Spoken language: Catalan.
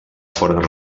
foren